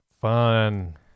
Fun